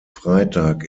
freitag